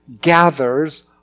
gathers